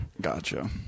Gotcha